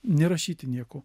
nerašyti nieko